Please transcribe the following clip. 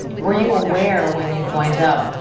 were you aware when you joined up,